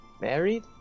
Married